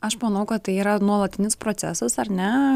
aš manau kad tai yra nuolatinis procesas ar ne